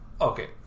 Okay